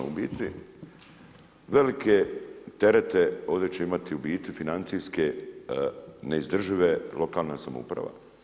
U biti velike terete ovdje će imati, gubitke financijske neizdržive lokalna samouprava.